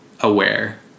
aware